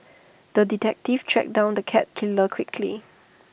the detective tracked down the cat killer quickly